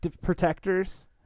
protectors